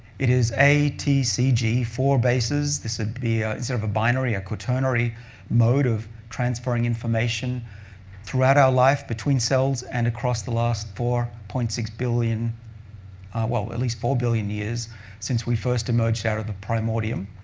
it is a, t, c, g, four bases. this would be, instead sort of a binary, a quaternary mode of transferring information throughout our life between cells and across the last four point six billion well, at least four billion years since we first emerged out of the primordium.